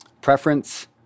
preference